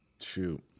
Shoot